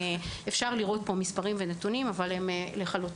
אפשר לראות פה נתונים ומספרים אבל הם מצביעים